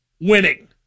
winning